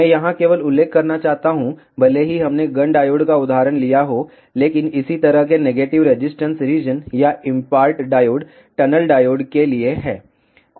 मैं यहां केवल उल्लेख करना चाहता हूं भले ही हमने गन डायोड का उदाहरण लिया हो लेकिन इसी तरह के नेगेटिव रेजिस्टेंस रीजन या इम्पार्ट डायोड टनल डायोड के लिए हैं